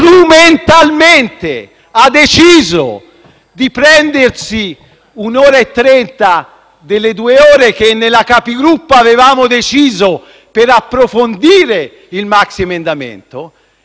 strumentalmente ha deciso di prendersi un'ora e trenta, delle due ore che nella Capigruppo avevamo deciso per approfondire il maxiemendamento,